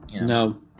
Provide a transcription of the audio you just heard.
No